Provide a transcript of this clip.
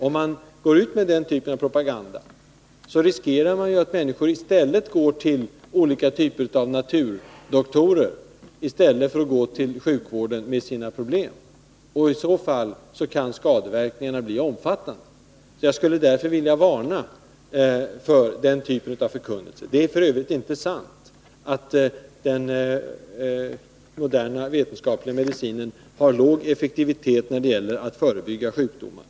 Om man går ut med den typen av propaganda riskerar man att människor går till olika typer av naturdoktorer i stället för att gå till sjukvården med sina problem. Och i så fall kan skadeverkningarna bli omfattande. Jag skulle därför vilja varna för den sortens förkunnelse. Det är f. ö. inte sant att den moderna vetenskapliga medicinen har låg effektivitet när det gäller att förebygga sjukdomar.